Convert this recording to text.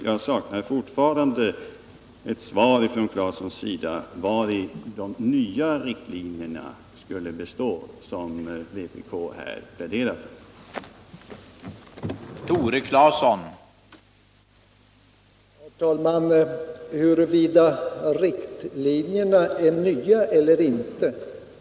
Jag saknar fortfarande ett svar från Tore Claeson på frågan vilka de nya riktlinjer är som vpk här pläderar för.